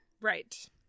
Right